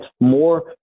more